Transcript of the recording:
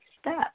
step